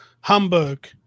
Hamburg